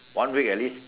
one week at least